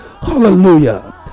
hallelujah